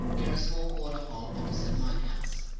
near a small water-hole opposite my house.